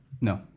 No